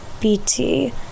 BT